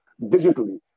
digitally